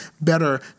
better